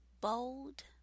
bold